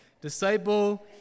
disciple